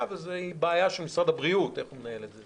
וזאת בעיה של משרד הבריאות איך לנהל את זה.